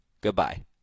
Goodbye